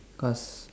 cause